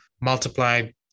multiplied